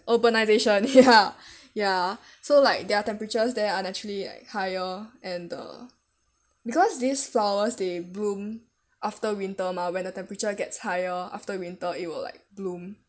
urbanisation ya ya so like their temperatures there are naturally high orh and the because these flowers they bloom after winter mah where the temperature gets higher after winter it will like bloom